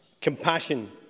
compassion